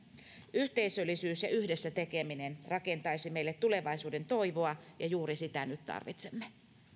yhteisöllisyys ja yhdessä tekeminen rakentaisi meille tulevaisuuden toivoa ja juuri sitä nyt tarvitsemme